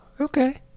okay